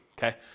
Okay